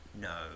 no